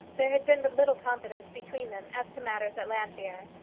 there had been but little confidence between them as to matters at llanfeare.